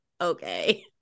okay